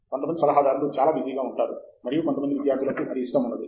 కొంతమంది సలహాదారులు చాలా బిజీగా ఉంటారు మరియు కొంతమంది విద్యార్థులకు అది ఇష్టం ఉండదు